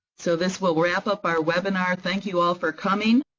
so this will wrap up our webinar. thank you all for coming.